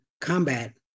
combat